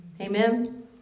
Amen